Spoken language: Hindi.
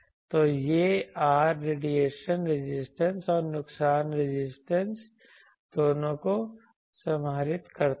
तो यह R रेडिएशन रेजिस्टेंस और नुकसान रेजिस्टेंस दोनों को समाहित करता है